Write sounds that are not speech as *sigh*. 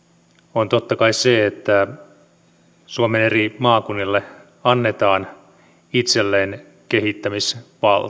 on totta kai se että suomen eri maakunnille annetaan itselleen kehittämisvaltaa *unintelligible*